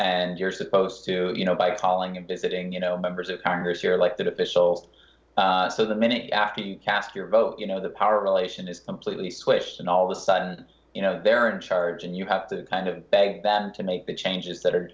and you're supposed to you know by calling and visiting you know members of congress you're like that officials so the minute after you cast your vote you know the power relation is completely squished and all of a sudden you know they're in charge and you have to kind of beg them to make the changes that are